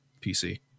PC